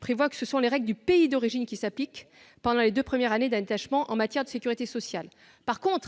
prévoit que ce sont les règles du pays d'origine qui s'appliquent pendant les deux premières années d'un détachement en matière de sécurité sociale. J'ajoute